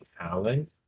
talent